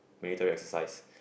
military exercise